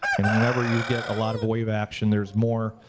and whenever you get a lot of wave action, there's more,